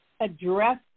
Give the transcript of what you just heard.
address